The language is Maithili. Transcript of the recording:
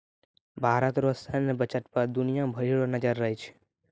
भारत रो सैन्य बजट पर दुनिया भरी रो नजर रहै छै